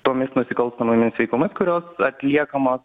tomis nusikalstamomis veikomis kurios atliekamos